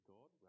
God